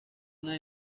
una